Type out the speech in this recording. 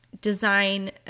design